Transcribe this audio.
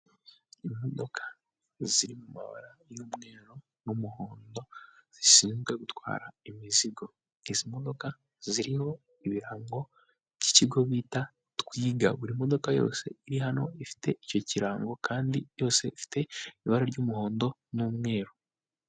Imodoka ziri mabara y'umweru n'umuhondo zishinzwe gutwara imizigo, izi modoka ziriho ibirango by'ikigo bita Twiga buri modoka yose iri hano ifite icyo kirango kandi yose ifite ibara ry'umuhondo n'umweru.